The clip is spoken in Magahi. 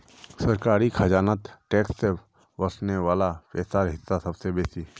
सरकारी खजानात टैक्स से वस्ने वला पैसार हिस्सा सबसे बेसि